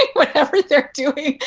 like whatever they are doing.